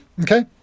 Okay